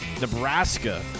Nebraska